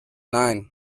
nine